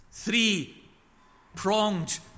Three-pronged